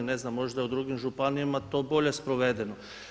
Ne znam, možda je u drugim županijama to bolje sprovedeno.